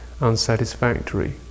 unsatisfactory